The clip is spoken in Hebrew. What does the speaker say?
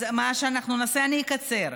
אז מה שאנחנו נעשה, אני אקצר.